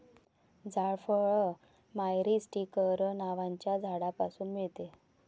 जायफळ मायरीस्टीकर नावाच्या झाडापासून मिळते